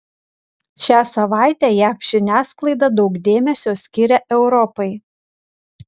šią savaitę jav žiniasklaida daug dėmesio skiria europai